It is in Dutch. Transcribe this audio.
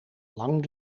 lang